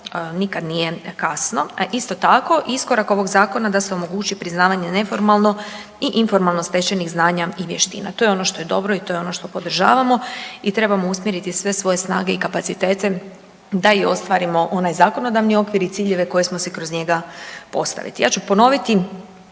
nikad nije kasno. Isto tako, iskorak ovog zakona da se omogući priznavanje neformalno i informalno stečenih znanja i vještina. To je ono što je dobro i to je ono što podržavamo i trebamo usmjeriti sve svoje snage i kapacitete da i ostvarimo onaj zakonodavni okvir i ciljeve koje smo si kroz njega postavili. Ja ću ponoviti